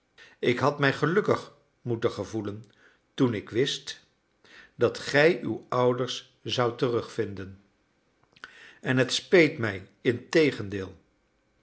ik had mij gelukkig moeten gevoelen toen ik wist dat gij uw ouders zoudt terugvinden en het speet mij integendeel